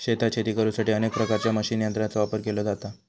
शेतात शेती करुसाठी अनेक प्रकारच्या मशीन यंत्रांचो वापर केलो जाता